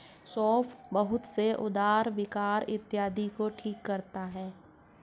सौंफ बहुत से उदर विकार इत्यादि को ठीक करता है